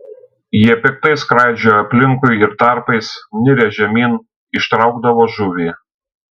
jie piktai skraidžiojo aplinkui ir tarpais nirę žemyn ištraukdavo žuvį